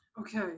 Okay